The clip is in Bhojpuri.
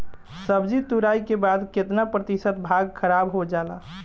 सब्जी तुराई के बाद केतना प्रतिशत भाग खराब हो जाला?